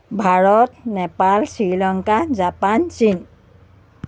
Bharat Nepal Sri Lanka Japan চীন